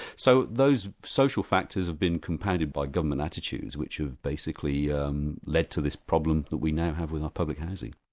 so those social factors have been compounded by government attitudes which have basically um led to this problem that we now have with our public housing.